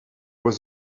was